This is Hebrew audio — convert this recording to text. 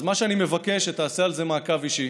אז מה שאני מבקש הוא שתעשה על זה מעקב אישי,